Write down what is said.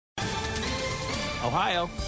Ohio